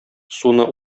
суны